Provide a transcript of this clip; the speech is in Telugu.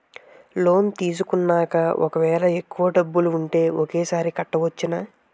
లోన్ తీసుకున్నాక ఒకవేళ ఎక్కువ డబ్బులు ఉంటే ఒకేసారి కట్టవచ్చున?